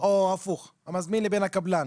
או הפוך המזמין לבין הקבלן.